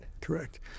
Correct